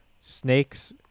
snakes